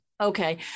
Okay